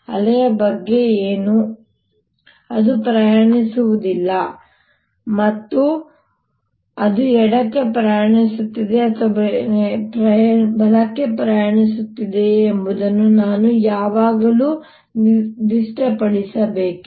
ಅಲೆಯ ಬಗ್ಗೆ ಏನು ಅದು ಪ್ರಯಾಣಿಸುವುದಿಲ್ಲ ಮತ್ತು ಅದು ಎಡಕ್ಕೆ ಪ್ರಯಾಣಿಸುತ್ತಿದೆಯೇ ಅಥವಾ ಬಲಕ್ಕೆ ಪ್ರಯಾಣಿಸುತ್ತಿದೆಯೇ ಎಂಬುದನ್ನು ನಾನು ಯಾವಾಗಲೂ ನಿರ್ದಿಷ್ಟಪಡಿಸಬೇಕೇ